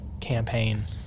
campaign